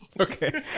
Okay